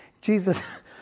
Jesus